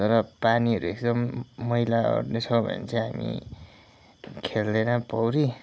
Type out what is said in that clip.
तर पानीहरू एकदम मैलाहरू छ भने चाहिँ हामी खेल्दैन पौडी